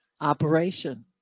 operation